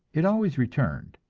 it always returned,